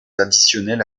additionnels